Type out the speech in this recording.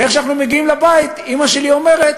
ואיך שאנחנו מגיעים לבית אימא שלי אומרת: